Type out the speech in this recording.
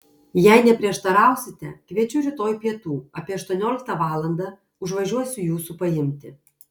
jei neprieštarausite kviečiu rytoj pietų apie aštuonioliktą valandą užvažiuosiu jūsų paimti